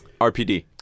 RPD